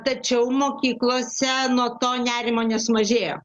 tačiau mokyklose nuo to nerimo nesumažėjo